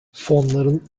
fonların